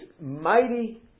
mighty